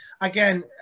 again